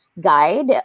guide